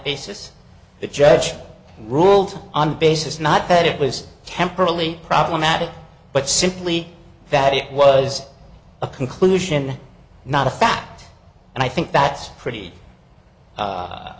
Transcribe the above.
basis the judge ruled on basis not that it was temporarily problematic but simply that it was a conclusion not a fact and i think that's pretty